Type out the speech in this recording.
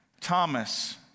Thomas